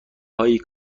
هایی